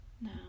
No